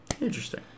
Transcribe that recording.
Interesting